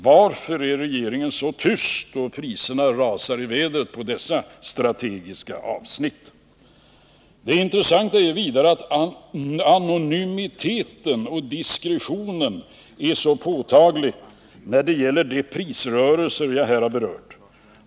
Varför är regeringen så tyst då priserna rusar i vädret på dessa strategiska avsnitt? Intressant är vidare att anonymiteten och diskretionen är så påtagliga när det gäller de prisrörelser jag här har berört.